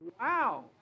Wow